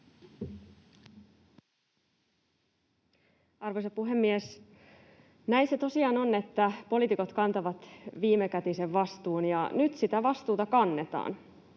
Arvoisa puhemies! Näin se tosiaan on, että poliitikot kantavat viimekätisen vastuun, ja nyt sitä vastuuta kannetaan.